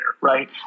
right